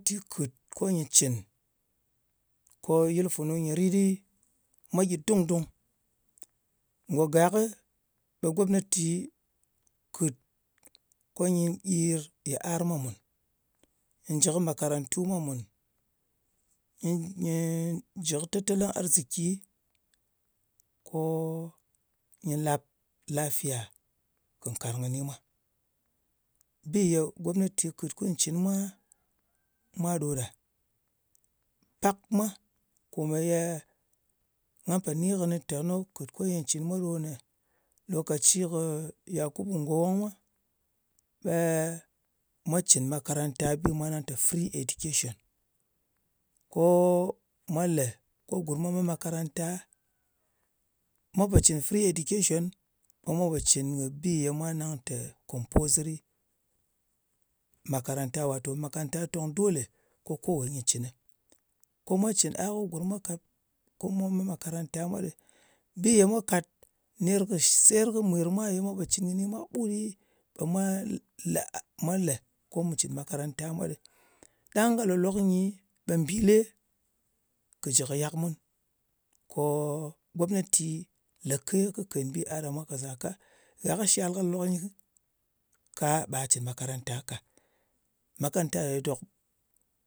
Dok ntɨ kɨt ko nyɨ cɨn ko yɨl funu nyɨ rit ɗɨ mwa gyɨ dung-dung. Ngò gak, ɓe gomnati kɨt ko nyɨ ɗir yɨar mwa mùn. Nyɨ jɨ kɨ makarantu mwa mùn. Nyɨ jɨ kɨ tetelin arziki, ko nyɨ lap lafiya kɨ nkarng kɨni mwa. Bi ye gomnati kɨt kɨy cɨn mwa, mwā ɗo ɗa. Pak mwa kòmeye nga pò ni kɨnɨ tè kɨt ko nyɨ cɨn mwa ɗo ne, lokaci kɨ yakuɓu gowon mwa, ɓe mwa cɨn makaranta, bi mwa nang tè, free education. Ko mwa lē ko gurm mwa me makaranta. Mwa pò cɨn free education, ɓe mwa pò cɨn kɨ bi ye mwa nang tè compulsory makaranta. Wato makaranta tong dole ko kowe nyɨ cɨnɨ. Ko mwa cɨn a, ko gurm mwa kat ko mwa met makaranta mwa ɗɨ. Bi ye mwa kàt ner kɨ seyer kɨ mwir mwa ye mwa pò cɨn kɨni mwa kɨɓut ɗɨ, ɓe mwa lē ko mu cɨn makaranta kɨ mwa ɗɨ. Ɗang ka lòlok nyi, ɓe mbìle kɨ jɨ yàk mun, ko gomnati lēke kɨ bi a ɗa mwa ka zaka. Gha kɨ shal ka lòklok nyɨ ka, ɓe ghà cɨn makaranta ka. Makaranta ye dòk,